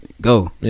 go